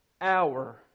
hour